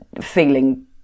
feeling